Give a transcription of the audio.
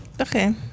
okay